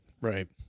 Right